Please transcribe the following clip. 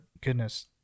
goodness